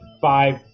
five